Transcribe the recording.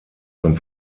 zum